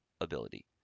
ability